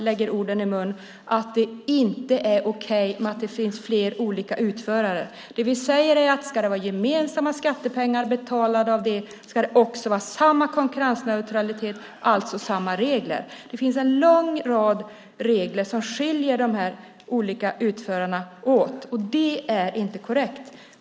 Vi har inte sagt att det inte är okej att det finns fler utförare. Det vi säger är att ska det vara gemensamma skattepengar som betalar ska det också vara samma konkurrensneutralitet och alltså samma regler. Det finns en lång rad regler som skiljer de olika utförarna åt, och det är inte korrekt.